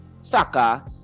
Saka